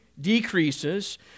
decreases